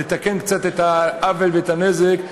תתקן קצת את העוול ואת הנזק,